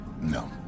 No